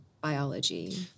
biology